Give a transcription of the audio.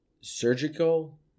surgical